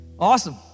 Awesome